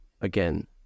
again